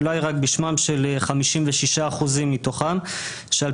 ואולי רק בשמם של 56 אחוזים מתוכם שעל